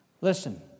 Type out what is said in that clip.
Listen